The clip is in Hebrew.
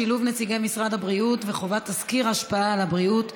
שילוב נציגי משרד הבריאות וחובת תסקיר השפעה על הבריאות),